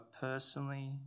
personally